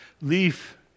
leaf